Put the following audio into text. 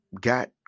got